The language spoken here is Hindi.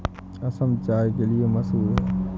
असम चाय के लिए मशहूर है